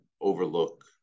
overlook